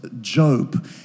Job